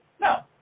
No